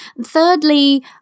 Thirdly